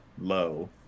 low